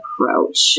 approach